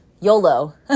YOLO